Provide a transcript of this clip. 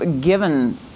given